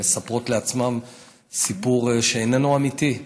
הן מספרות לעצמן סיפור שאיננו אמיתי,